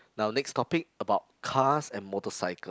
now next topic about cars and motorcycle